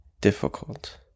difficult